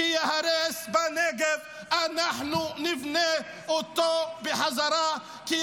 כל בית שייהרס בנגב,